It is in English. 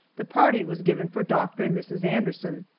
the party was given for doctor and mrs. anderson,